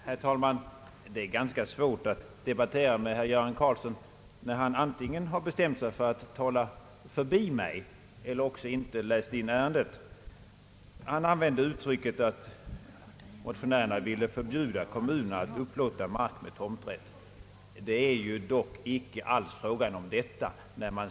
Herr talman! Det är ganska svårt att debattera med herr Göran Karlsson. Han har tydligen antingen bestämt sig för att tala förbi mig eller också inte läst in ärendet. Jag har inte använt uttrycket att motionärerna vill förbjuda kommunerna att upplåta mark med tomträtt. Det är inte alls fråga om någonting sådant.